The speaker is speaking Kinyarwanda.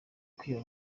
kwiba